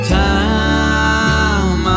time